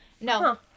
No